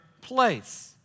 place